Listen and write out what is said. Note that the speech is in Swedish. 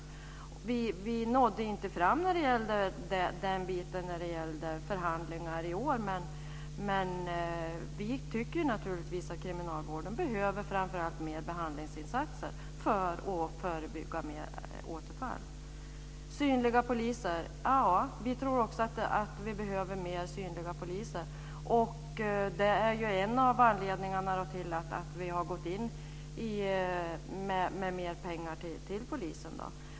Vi nådde inte fram i den biten i förhandlingarna i år, men vi tycker naturligtvis att kriminalvården framför allt behöver mer behandlingsinsatser för att förebygga återfall. Vi tror också att vi behöver fler synliga poliser. Det är en av anledningarna till att vi har gått in med mer pengar till polisen.